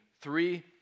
Three